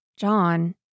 John